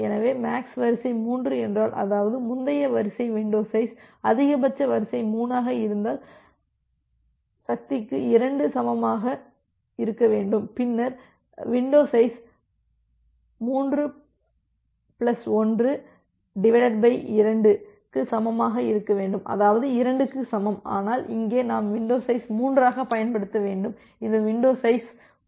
எனவே மேக்ஸ் வரிசை 3 என்றால் அதாவது முந்தைய வரிசை வின்டோ சைஸ் அதிகபட்ச வரிசை 3 ஆக இருந்தால் சக்திக்கு 2 க்கு சமமாக இருக்க வேண்டும் பின்னர் வின்டோ சைஸ் 3 1 2 க்கு சமமாக இருக்க வேண்டும் அதாவது 2 க்கு சமம் ஆனால் இங்கே நாம் வின்டோ சைஸ் 3ஆக பயன்படுத்த வேண்டும் இது வின்டோ சைஸ் 1 அதிகமாகும்